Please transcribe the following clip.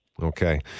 Okay